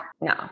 no